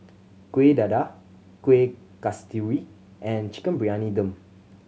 Kuih Dadar Kueh Kasturi and Chicken Briyani Dum